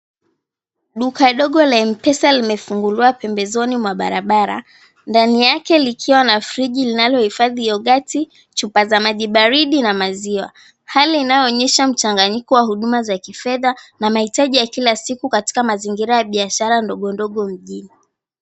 Duka dogo la mpesa limefunguliwa pembezoni mwa barabara, ndani yake likiwa na friji linalohifadhi yogati, chupa za maji baridi na maziwa. Hali inayoonyesha mchanganyiko wa huduma za kifedha na mahitaji ya kila siku katika mazingira ya biashara ndogondogo mjini.